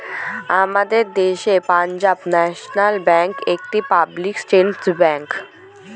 আমাদের দেশের Punjab national bank একটি পাবলিক সেক্টর ব্যাঙ্ক